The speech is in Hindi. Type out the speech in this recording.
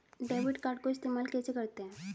डेबिट कार्ड को इस्तेमाल कैसे करते हैं?